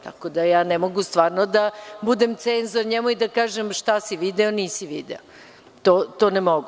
Tako da ja ne mogu da budem cenzor njemu i da kažem - šta si video nisi video, to ne mogu.